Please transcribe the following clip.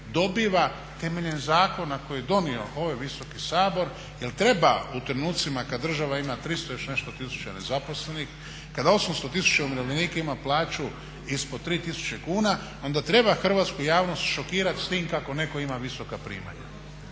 dobiva temeljem zakona koji je donio ovaj visoki Sabor, jer treba u trenutcima kad država ima 300 i još nešto tisuća nezaposlenih, kada 800 000 umirovljenika ima plaću ispod 3000 kuna onda treba hrvatsku javnost šokirati s tim kako netko ima visoka primanja.